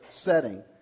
setting